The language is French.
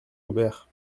aubert